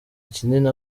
kinini